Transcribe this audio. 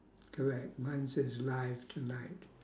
correct mine says live tonight